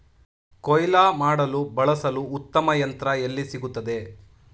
ಕುಯ್ಲು ಮಾಡಲು ಬಳಸಲು ಉತ್ತಮ ಯಂತ್ರ ಎಲ್ಲಿ ಸಿಗುತ್ತದೆ?